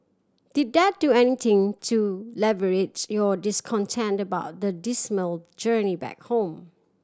did that do anything to alleviates your discontent about the dismal journey back home